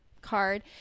card